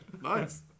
Nice